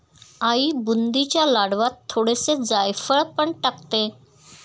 आई बुंदीच्या लाडवांत थोडेसे जायफळ पण टाकते